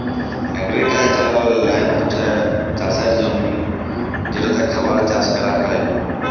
agricultural land হছ্যে চাসের জমি যেটাতে খাবার চাস করাক হ্যয়